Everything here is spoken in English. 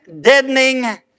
deadening